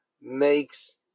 makes